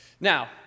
Now